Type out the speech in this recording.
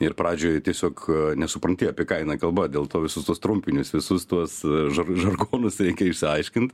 ir pradžioj tiesiog nesupranti apie ką eina kalba dėl to visus tuos trumpinius visus tuos žar žargonus reikia išsiaiškint